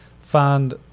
find